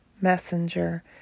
messenger